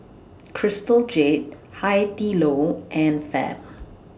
Crystal Jade Hai Di Lao and Fab